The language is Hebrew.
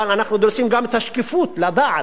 אנחנו דורשים גם את השקיפות, לדעת.